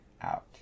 out